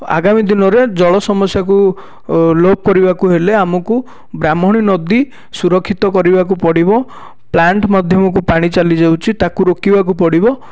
ଆଗାମୀ ଦିନରେ ଜଳ ସମସ୍ୟା କୁ ଲୋପ୍ କରିବାକୁ ହେଲେ ଆମକୁ ବ୍ରାହ୍ମଣୀ ନଦୀ ସୁରକ୍ଷିତ କରିବାକୁ ପଡ଼ିବ ପ୍ଳାଣ୍ଟ ମଧ୍ୟମକୁ ପାଣି ଚାଲି ଯାଉଛି ତାକୁ ରୋକିବାକୁ ପଡ଼ିବ